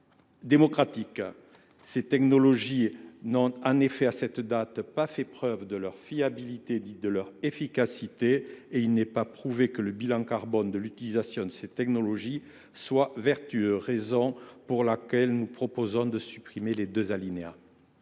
démocratique. Ces technologies n’ont en effet à cette date fait preuve ni de leur fiabilité ni de leur efficacité et il n’est pas prouvé que le bilan carbone de l’utilisation de ces technologies soit vertueux. C’est la raison pour laquelle nous proposons de supprimer les alinéas